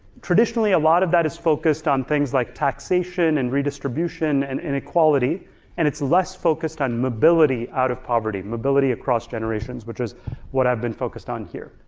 traditionally, a lot of that is focused on things like taxation and redistribution and inequality and it's less focused on mobility out of poverty. mobility across generations, which is what i've been focused on here,